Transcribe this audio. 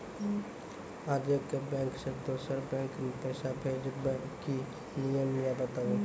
आजे के बैंक से दोसर बैंक मे पैसा भेज ब की नियम या बताबू?